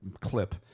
clip